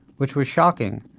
which was shocking.